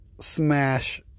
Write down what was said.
smash